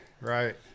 Right